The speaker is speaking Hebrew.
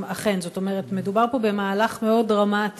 אם אכן, זאת אומרת, מדובר פה במהלך מאוד דרמטי.